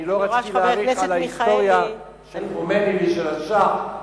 אני לא רציתי להאריך על ההיסטוריה של חומייני ושל השאה,